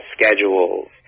schedules